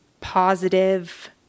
positive